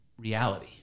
reality